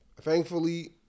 Thankfully